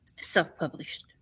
Self-published